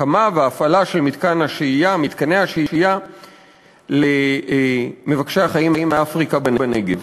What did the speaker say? הקמה והפעלה של מתקני השהייה למבקשי החיים מאפריקה בנגב.